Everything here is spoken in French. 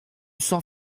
sans